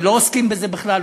ולא עוסקים בזה בכלל,